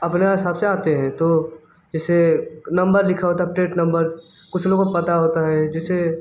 अपने हिसाब से आते हैं तो जैसे नम्बर लिखा होता है प्लेट नम्बर कुछ लोग को पता होता है जैसे